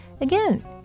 Again